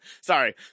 sorry